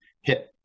hit